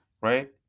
right